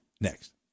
next